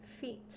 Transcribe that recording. Feet